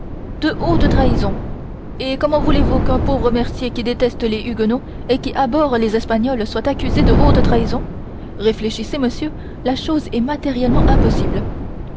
de haute trahison et comment voulez-vous qu'un pauvre mercier qui déteste les huguenots et qui abhorre les espagnols soit accusé de haute trahison réfléchissez monsieur la chose est matériellement impossible